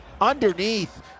Underneath